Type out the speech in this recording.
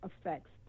effects